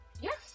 Yes